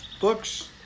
books